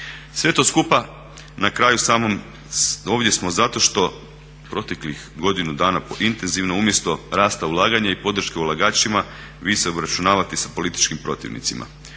Sve to skupa na kraju samom ovdje smo zato što proteklih godinu dana intenzivno umjesto rasta ulaganja i podrške ulagačima vi se obračunavate sa političkim protivnicima